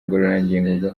ngororangingo